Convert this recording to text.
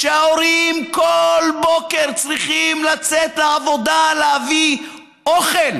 וההורים כל בוקר צריכים לצאת לעבודה להביא אוכל